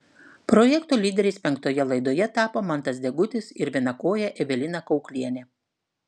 projekto lyderiais penktoje laidoje tapo mantas degutis ir vienakojė evelina kauklienė